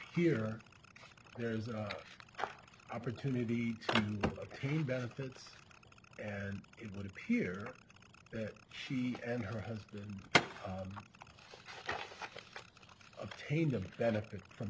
here there is an opportunity to pay benefits and it would appear that she and her husband obtained a benefit from